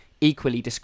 equally